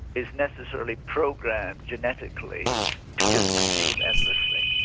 is necessarily programmed genetically to just consume endlessly.